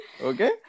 Okay